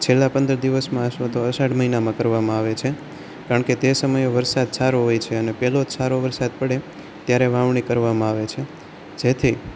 છેલ્લાં પંદર દિવસમાં અથવા તો અષાઢ મહિનામાં કરવામાં આવે છે કારણ કે તે સમયે વરસાદ સારો હોય છે અને પહેલો જ સારો વરસાદ પડે ત્યારે વાવણી કરવામાં આવે છે જેથી